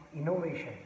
innovation